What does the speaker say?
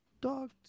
dog